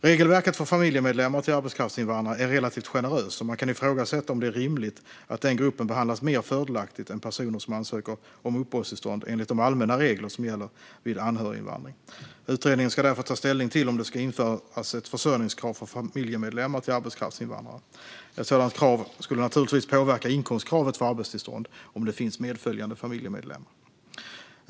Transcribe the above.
Regelverket för familjemedlemmar till arbetskraftsinvandrare är relativt generöst, och man kan ifrågasätta om det är rimligt att den gruppen behandlas mer fördelaktigt än personer som ansöker om uppehållstillstånd enligt de allmänna regler som gäller vid anhöriginvandring. Utredningen ska därför ta ställning till om det ska införas ett försörjningskrav för familjemedlemmar till arbetskraftsinvandrare. Ett sådant krav skulle naturligtvis påverka inkomstkravet för arbetstillstånd om det finns medföljande familjemedlemmar.